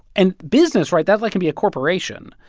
and business right? that, like, can be a corporation,